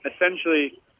essentially